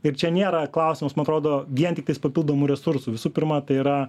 ir čia nėra klausimas man rodo vien tiktais papildomų resursų visų pirma tai yra